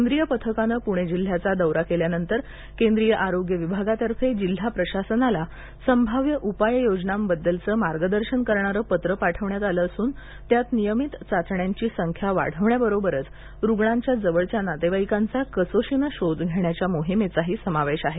केंद्रीय पथकानं पुणे जिल्ह्याचा दौरा केल्यानंतर केंद्रीय आरोग्य विभागातर्फे जिल्हा प्रशासनाला संभाव्य उपाय योजनांबद्दलच मार्गदर्शन करणारं पत्र पाठवण्यात आलं असून त्यात नियमित चाचण्यांची संख्या वाढवण्याबरोबरच रुग्णांच्या जवळच्या नातेवाईकांचा कसोशीनं शोध घेण्याच्या मोहिमेचाही समावेश आहे